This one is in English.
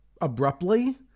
abruptly